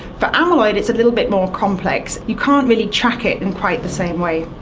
for amyloid it's a little bit more complex. you can't really track it in quite the same way.